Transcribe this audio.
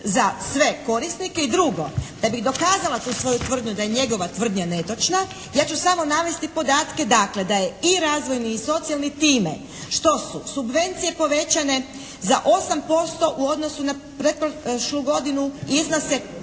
za sve korisnike. I drugo, da bih dokazala tu svoju tvrdnju da je njegova tvrdnja netočna ja ću samo navesti podatke dakle da je i razvojni i socijalni time što su subvencije povećane za 8% u odnosu na pretprošlu godinu i iznose